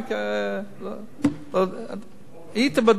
היית בדיונים,